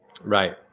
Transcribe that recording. Right